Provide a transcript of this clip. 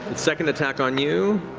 and second attack on you,